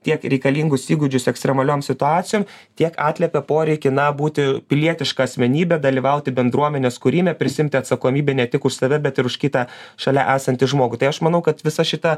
tiek reikalingus įgūdžius ekstremaliom situacijom tiek atliepia poreikį na būti pilietiška asmenybe dalyvauti bendruomenės kūrime prisiimti atsakomybę ne tik už save bet ir už kitą šalia esantį žmogų tai aš manau kad visa šita